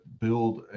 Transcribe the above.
build